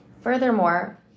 Furthermore